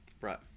Right